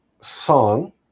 song